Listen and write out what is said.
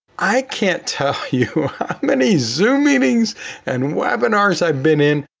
i can't tell you many zoom meetings and webinars i've been in,